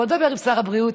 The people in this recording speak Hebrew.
בוא נדבר עם שר הבריאות,